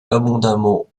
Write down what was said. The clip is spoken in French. abondamment